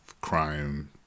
crime